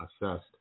assessed